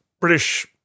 British